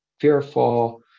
fearful